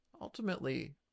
ultimately